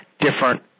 different